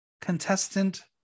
contestant